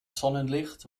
sonnenlicht